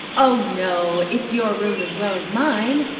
oh, no, it's your room as well as mine,